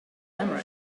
memory